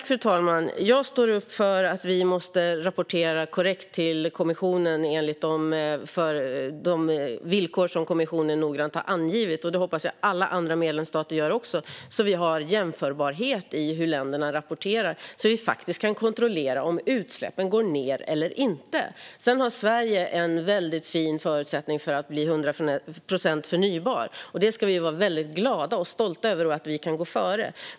Fru talman! Jag står upp för att vi måste rapportera korrekt till kommissionen enligt de villkor som kommissionen noggrant har angett. Det hoppas jag att även andra medlemsstater gör. Vi ska ha jämförbarhet i hur länderna rapporterar så att vi faktiskt kan kontrollera om utsläppen går ned eller inte. Sverige har en väldigt fin förutsättning för 100 procent förnybart. Det ska vi vara väldigt glada och stolta över, och vi ska gå före.